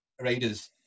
Raiders